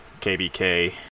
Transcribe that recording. kbk